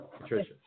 Patricia